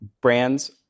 Brands